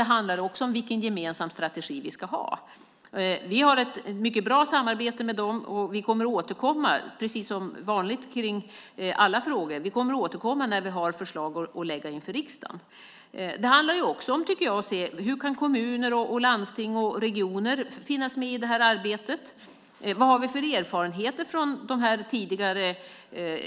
Det handlar också om vilken gemensam strategi vi ska ha. Vi har ett mycket bra samarbete med dem. Vi återkommer, som brukligt i alla frågor, när vi har förslag att lägga fram inför riksdagen. Det handlar också om att se hur kommuner, landsting och regioner kan finnas med i arbetet. Vad har vi för erfarenheter från de tidigare